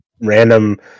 random